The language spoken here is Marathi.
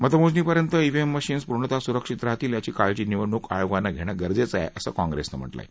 मतमोजणीपर्यंत ईव्हीएम मशीन्स पूर्णतः सुरक्षित राहतील याची काळजी निवडणूक आयोगानं घेणं गरजेचं आहे असं काँग्रेसनं म्हटलं आहे